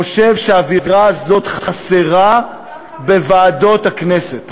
חושב שהאווירה הזאת חסרה בוועדות הכנסת.